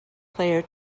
player